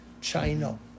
China